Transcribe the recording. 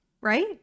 Right